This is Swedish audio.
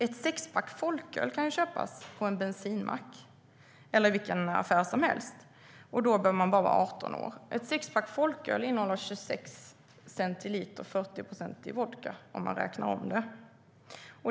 Ett sexpack folköl kan köpas på en bensinmack eller i vilken affär som helst, och då behöver man bara vara 18 år. Ett sexpack folköl innehåller 26 centiliter 40-procentig vodka om man räknar om det.